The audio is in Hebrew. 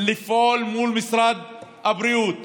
לפעול מול משרד הבריאות